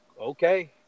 okay